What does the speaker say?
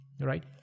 right